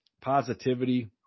positivity